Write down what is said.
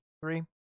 Three